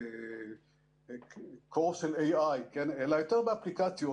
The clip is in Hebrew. AI Core, אלא יותר באפליקציות.